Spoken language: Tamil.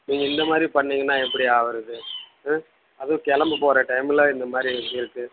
நீங்கள் இந்த மாதிரி பண்ணீங்கன்னால் எப்படி ஆகிறது ம் அதுவும் கிளம்பப் போகிற டைமில் இந்த மாதிரி எல்லாம் இருக்குது